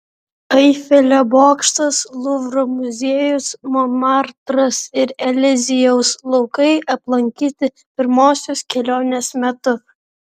eifelio bokštas luvro muziejus monmartras ir eliziejaus laukai aplankyti pirmosios kelionės metu